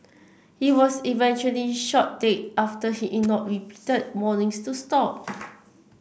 he was eventually shot dead after he ignored repeated warnings to stop